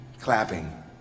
clapping